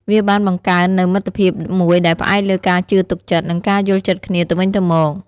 វាបានបង្កើននូវមិត្តភាពមួយដែលផ្អែកលើការជឿទុកចិត្ត និងការយល់ចិត្តគ្នាទៅវិញទៅមក។